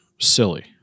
silly